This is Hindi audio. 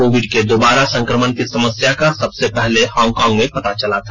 कोविड के दोबारा संक्रमण की समस्या का सबसे पहले हांगकांग में पता चला था